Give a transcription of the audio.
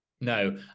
No